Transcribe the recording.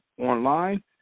online